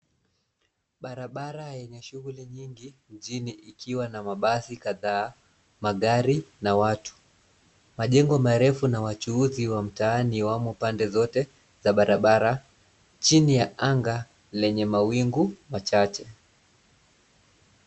Barabara yenye shughuli nyingi mjini ikiwa na mabasi kadhaa, magari na watu. Majengo marefu na wachuuzi wa mtaani wamo pande zote za barabara chini ya anga lenye mawingu machache.